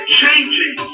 changing